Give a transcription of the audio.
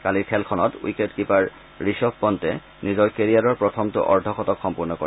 কালিৰ খেলখনত উইকেটকীপাৰ ৰিষভ পণ্টে নিজৰ কেৰিয়াৰৰ প্ৰথমটো অৰ্ধ শতক সম্পূৰ্ণ কৰে